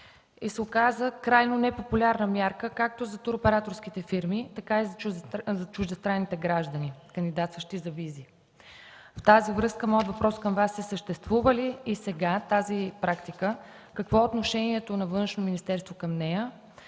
се крайно непопулярна мярка както за туроператорските фирми, така и за чуждестранните граждани и граждани, кандидатстващи за визи. Във връзка с това моят въпрос към Вас е: съществува ли и сега тази практика? Какво е отношението на Външно